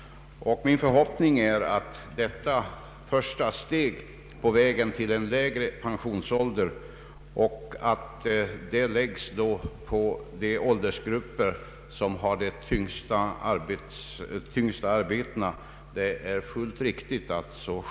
Min förhoppning är att vad som här föreslås är ett första steg på vägen mot en lägre pensionsålder. Det är fullt riktigt, anser jag, att denna reform till att börja med omfattar de människor inom dessa åldersgrupper som har de tyngsta arbetena.